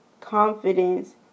confidence